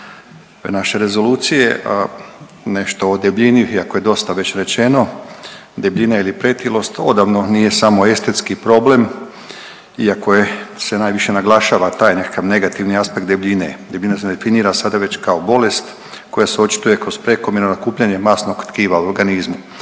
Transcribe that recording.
naše rezolucije, a nešto o debljini iako je dosta već rečeno. Debljina ili pretilost odavno nije samo estetski problem iako je, se najviše naglašava taj nekakav aspekt debljine. Debljina se ne definira sada već kao bolest koja se očituje kroz prekomjerno nakupljanje masnog tkiva u organizmu.